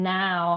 now